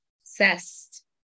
Obsessed